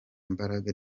mbaraga